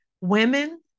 Women